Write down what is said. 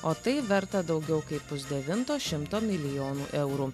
o tai verta daugiau kaip pusdevinto šimto milijonų eurų